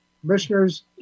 Commissioners